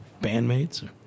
bandmates